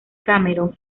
cameron